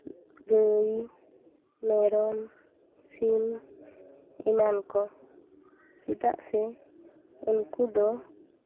ᱜᱟᱹᱭ ᱢᱮᱨᱚᱢ ᱥᱤᱢ ᱮᱢᱟᱱ ᱠᱚ ᱪᱮᱫᱟᱜ ᱥᱮ ᱩᱱᱠᱩ ᱫᱚ